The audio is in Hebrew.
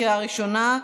קריאה ראשונה.